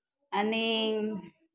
आणि